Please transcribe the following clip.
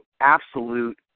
absolute